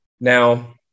Now